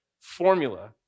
formula